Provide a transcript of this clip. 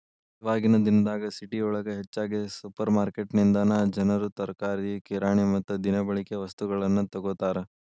ಇವಾಗಿನ ದಿನದಾಗ ಸಿಟಿಯೊಳಗ ಹೆಚ್ಚಾಗಿ ಸುಪರ್ರ್ಮಾರ್ಕೆಟಿನಿಂದನಾ ಜನರು ತರಕಾರಿ, ಕಿರಾಣಿ ಮತ್ತ ದಿನಬಳಿಕೆ ವಸ್ತುಗಳನ್ನ ತೊಗೋತಾರ